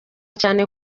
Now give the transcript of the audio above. cyane